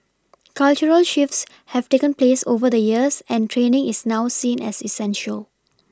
cultural shifts have taken place over the years and training is now seen as essential